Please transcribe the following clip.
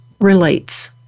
relates